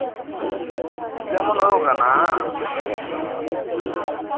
ᱡᱮᱢᱚᱱ ᱦᱩᱭᱩᱜ ᱠᱟᱱᱟ